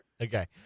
Okay